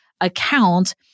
account